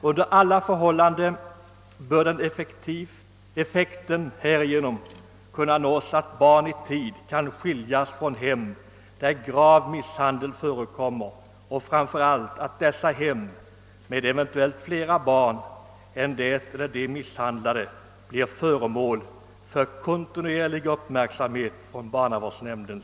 Under alla förhållanden bör härigenom den effekten kunna nås, att barn i tid kan skiljas från hem där grav misshandel förekommer och framför allt att dessa hem, med eventuellt flera barn än det eller de misshandlade, blir före mål för kontinuerlig uppmärksamhet från barnavårdsnämnd.